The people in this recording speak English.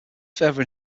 further